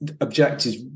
objectives